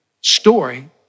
story